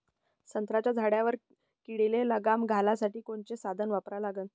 संत्र्याच्या झाडावर किडीले लगाम घालासाठी कोनचे साधनं वापरा लागन?